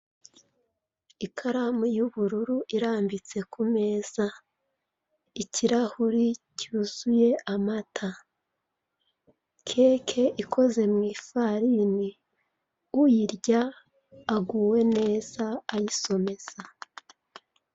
Ikaramu y'ubururu irambitse ku meza. Ikirahure cyuzuye amata. Keke ikoze mu ifarini, uyirya aguwe neza, ayisomeza.